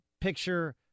picture